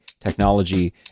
technology